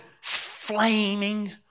flaming